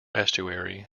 estuary